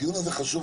הדיון הזה חשוב,